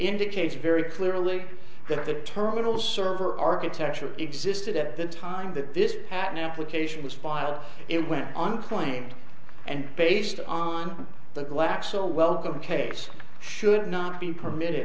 indicates very clearly that the terminal server architecture existed at the time that this patent application was filed it went on claimed and based on the glaxo wellcome case should not be permitted